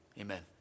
amen